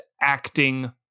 acting